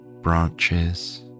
branches